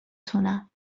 تونم